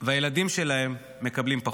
והילדים שלהם מקבלים פחות.